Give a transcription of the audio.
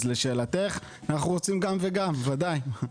אז לשאלתך אנחנו רוצים גם וגם בוודאי.